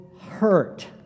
hurt